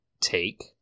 take